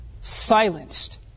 Silenced